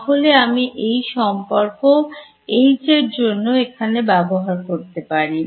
তাহলে আমি এই সম্পর্ক H এর জন্য এখানে ব্যবহার করতে পারি